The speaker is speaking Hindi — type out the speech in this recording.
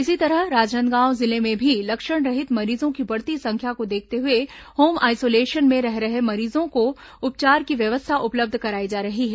इसी तरह राजनांदगांव जिले में भी लक्षणरहित मरीजों की बढ़ती संख्या को देखते हुए होम आइसोलेशन में रह रहे मरीजों को उपचार की व्यवस्था उपलब्ध कराई जा रही है